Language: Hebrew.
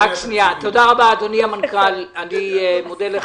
תודה רבה, אדוני המנכ"ל, אני מודה לך.